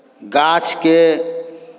गाछके